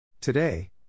Today